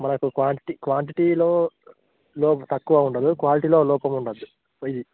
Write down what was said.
మనకు క్వాంటిటీ క్వాంటిటీలో తక్కువ ఉండదు క్వాలిటీలో లోపం ఉండద్దు వెయ్యి